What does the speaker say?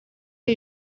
que